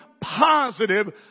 positive